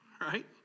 Right